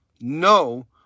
No